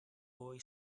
boy